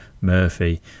Murphy